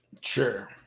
Sure